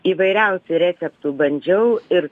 įvairiausių receptų bandžiau ir